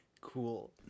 Cool